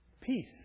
Peace